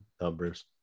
numbers